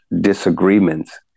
disagreements